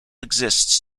exists